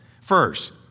First